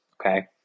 Okay